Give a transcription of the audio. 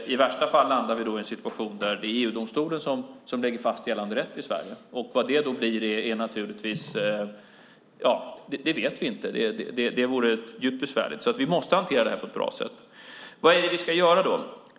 I värsta fall landar vi då i en situation där det är EU-domstolen som lägger fast gällande rätt i Sverige. Vad det då blir vet vi inte. Det vore djupt besvärligt så vi måste hantera det här på ett bra sätt. Vad ska vi då göra?